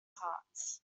parts